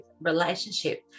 relationship